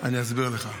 אני אסביר לך.